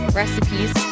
recipes